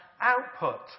output